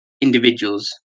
individuals